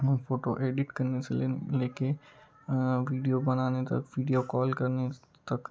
हम photo edit करने से लेके वीडियो बनाने तक वीडियो कॉल करने तक